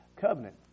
covenant